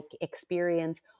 experience